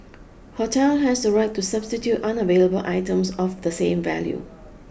hotel has the right to substitute unavailable items of the same value